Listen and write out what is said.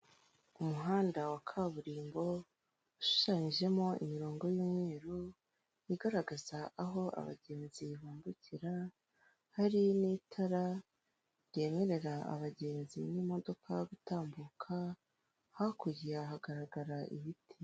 Umuhanda wa kaburimbo ushushanyijemo imirongo y'umweru, igaragaza aho abagenzi bambukira, hari n'itara ryemerera abagenzi n'imodoka gutambuka, hakurya hagaragara ibiti.